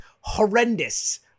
horrendous